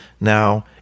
Now